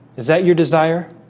is that your desire